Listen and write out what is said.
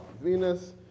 Venus